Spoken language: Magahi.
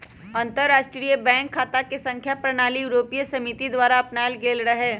अंतरराष्ट्रीय बैंक खता संख्या प्रणाली यूरोपीय समिति द्वारा अपनायल गेल रहै